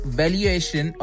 valuation